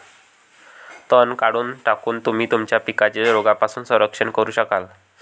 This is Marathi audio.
तण काढून टाकून, तुम्ही तुमच्या पिकांचे रोगांपासून संरक्षण करू शकाल